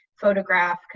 photograph